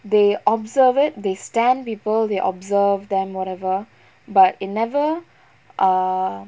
they observe it they stan people they observe them whatever but it never err